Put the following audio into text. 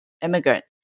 immigrant